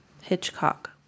Hitchcock